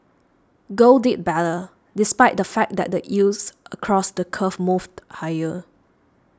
gold did better despite the fact that the yields across the curve moved higher